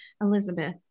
Elizabeth